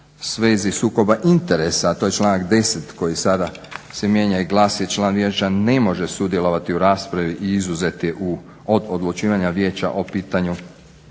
svezi sukoba interesa, a to je članak 10. Koji se sada mijenja i glasi član vijeća ne može sudjelovati u raspravi i izuzet je od odlučivanju vijeća o pitanju